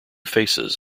faces